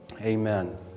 Amen